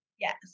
Yes